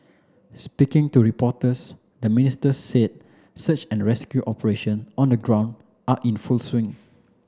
speaking to reporters the Ministers said search and rescue operation on the ground are in full swing